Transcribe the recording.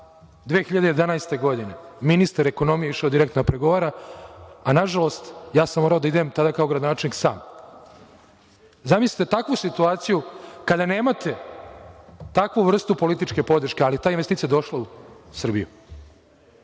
2011. godine ministar ekonomije išao direktno da pregovara, a nažalost, ja sam morao da idem tada kao gradonačelnik sam. Zamislite takvu situaciju kada nemate takvu vrstu političke podrške, ali ta investicije je došla u Srbiju. Važno